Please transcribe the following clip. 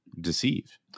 deceive